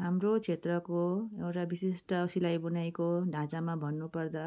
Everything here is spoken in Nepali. हाम्रो क्षेत्रको एउटा विशिष्ट सिलाई बुनाइको ढाँचामा भन्नुपर्दा